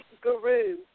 guru